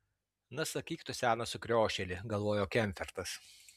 na sakyk tu senas sukriošėli galvojo kemfertas